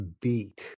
beat